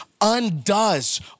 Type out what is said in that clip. undoes